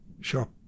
Shop